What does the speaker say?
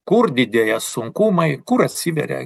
kur didėja sunkumai kur atsiveria